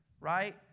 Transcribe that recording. right